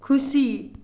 खुसी